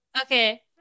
Okay